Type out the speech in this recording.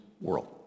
world